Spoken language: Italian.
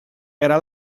era